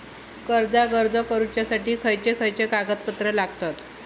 कर्जाक अर्ज करुच्यासाठी खयचे खयचे कागदपत्र लागतत